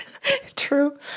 True